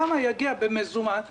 כמה יגיע במזומן לתשלום.